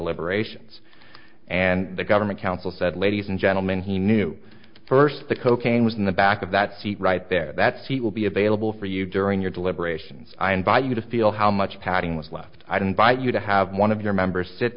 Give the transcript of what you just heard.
alliterations and the government counsel said ladies and gentlemen he knew first that cocaine was in the back of that seat right there that seat will be available for you during your deliberations i invite you to feel how much padding was left i don't buy you to have one of your members sit